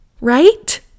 Right